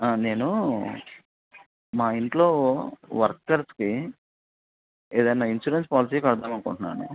నేనూ మా ఇంట్లో వర్కర్స్కి ఏదైనా ఇన్సూరెన్స్ పాలసీ కడదామనుకుంటున్నాను